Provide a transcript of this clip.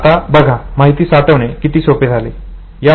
आता बघा माहिती साठविणे किती सोपे झाले